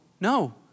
no